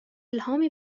الهامی